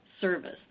service